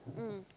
mm